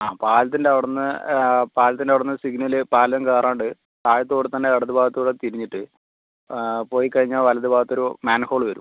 ആ പാലത്തിൻ്റ അവിടെ നിന്ന് പാലത്തിൻ്റ അവിടെ നിന്ന് സിഗ്നല് പാലം കയറാണ്ട് താഴത്തുകൂടി തന്നെ ഇടത് ഭാഗത്തുകൂടി തിരിഞ്ഞിട്ട് പോയി കഴിഞ്ഞാൽ വലത് ഭാഗത്തൊരു മാൻഹോൾ വരും